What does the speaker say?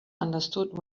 understood